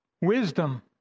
Wisdom